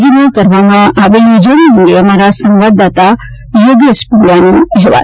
રાજયમાં કરવામાં આવેલી ઉજવણી અંગે અમારા સંવાદદાતા યોગેશ પંડ્યાનો અહેવાલ